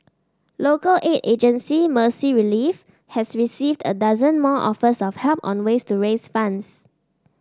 local aid agency Mercy Relief has received a dozen more offers of help on ways to raise funds